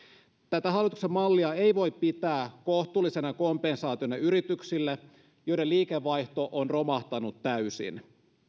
tätä hallituksen mallia ei voi pitää kohtuullisena kompensaationa yrityksille joiden liikevaihto on romahtanut täysin